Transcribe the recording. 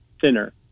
thinner